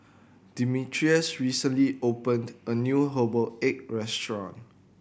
Demetrius recently opened a new herbal egg restaurant